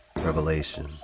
revelation